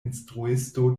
instruisto